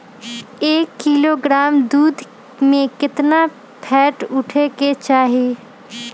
एक किलोग्राम दूध में केतना फैट उठे के चाही?